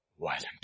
violent